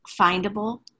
findable